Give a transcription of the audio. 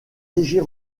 léger